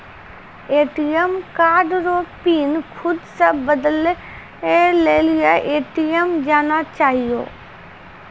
ATM card रो PIN खुद से बदलै लेली ए.टी.एम जाना चाहियो